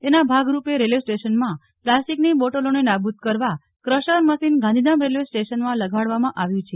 તેના ભાગરૂપે રેલ્વે સ્ટેશનમાં પ્લાસ્ટિકની બોટલોને નાબુદ કરવા ક્રશર મશિન ગાંધીધામ રેલ્વે સ્ટેશનમાં લગાડવામાં આવ્યું છે